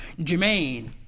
Jermaine